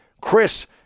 Chris